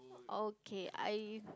okay I